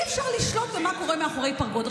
אי-אפשר לשלוט במה שקורה מאחורי פרגוד.